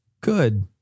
good